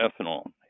ethanol